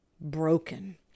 broken